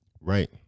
right